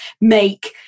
make